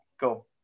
go